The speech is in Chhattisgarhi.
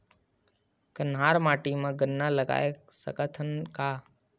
कन्हार माटी म गन्ना लगय सकथ न का?